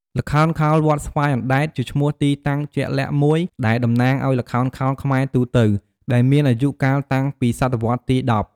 ល្ខោនខោល វត្តស្វាយអណ្ដែតជាឈ្មោះទីតាំងជាក់លាក់មួយដែលតំណាងឱ្យល្ខោនខោលខ្មែរទូទៅ ដែលមានអាយុកាលតាំងពីសតវត្សរ៍ទី១០។